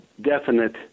definite